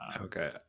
Okay